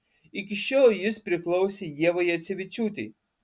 iki šiol jis priklausė ievai jacevičiūtei